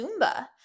Zumba